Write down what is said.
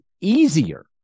easier